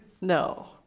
No